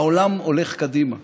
העולם הולך קדימה,